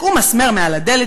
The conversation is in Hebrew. תקעו מסמר מעל הדלת,